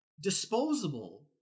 disposable